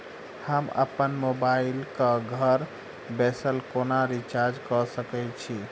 हम अप्पन मोबाइल कऽ घर बैसल कोना रिचार्ज कऽ सकय छी?